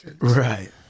Right